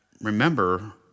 remember